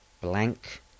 Blank